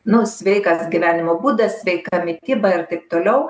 nu sveikas gyvenimo būdas sveika mityba ir taip toliau